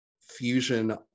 fusion